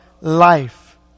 life